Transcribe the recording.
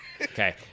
Okay